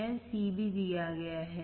C भी दिया गया है